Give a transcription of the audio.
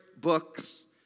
books